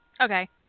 Okay